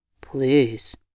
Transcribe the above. Please